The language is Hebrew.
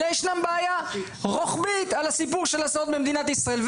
אלא ישנה בעיה רוחבית על הסיפור של הסעות במדינת ישראל.